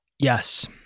Yes